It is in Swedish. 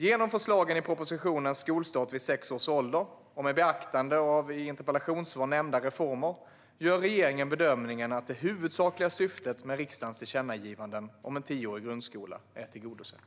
Genom förslagen i propositionen Skolstart vid sex års ålder och med beaktande av i detta interpellationssvar nämnda reformer gör regeringen bedömningen att det huvudsakliga syftet med riksdagens tillkännagivanden om en tioårig grundskola är tillgodosett.